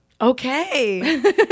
Okay